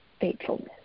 faithfulness